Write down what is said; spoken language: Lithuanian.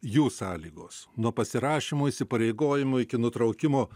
jų sąlygos nuo pasirašymo įsipareigojimų iki nutraukimo